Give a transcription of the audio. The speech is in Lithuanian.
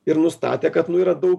ir nustatė kad nu yra daug